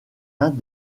uns